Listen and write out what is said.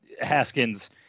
Haskins